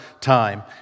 time